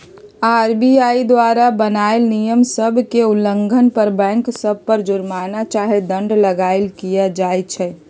RBI द्वारा बनाएल नियम सभ के उल्लंघन पर बैंक सभ पर जुरमना चाहे दंड लगाएल किया जाइ छइ